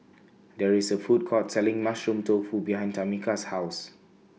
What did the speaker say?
There IS A Food Court Selling Mushroom Tofu behind Tamika's House